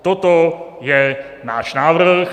Toto je náš návrh.